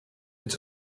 its